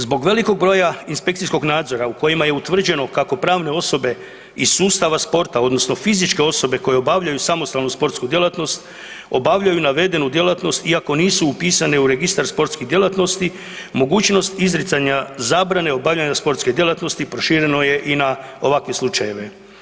Zbog velikog broja inspekcijskog nadzora u kojima je utvrđeno kako pravne osobe iz sustava sporta odnosno fizičke osobe koje obavljaju samostalnu sportsku djelatnost obavljaju navedenu djelatnost iako nisu upisane u registar sportskih djelatnosti, mogućnost izricanja zabrane obavljanja sportske djelatnosti prošireno je i na ovakve slučajeve.